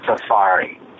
Safari